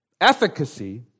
efficacy